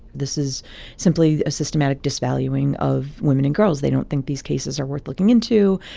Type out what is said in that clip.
this is simply a systematic dis valuing of women and girls. they don't think these cases are worth looking into.